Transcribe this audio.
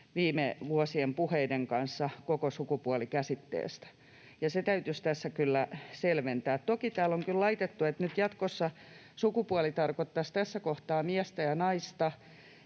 viime vuosien puheiden kanssa koko sukupuoli-käsitteestä, ja se täytyisi tässä kyllä selventää. Toki täällä on kyllä laitettu niin, että nyt jatkossa sukupuoli tarkoittaisi tässä kohtaa miestä ja naista